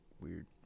weird